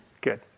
Good